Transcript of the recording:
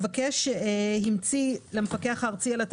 הגנת הסייבר המבקש המציא למפקח הארצי על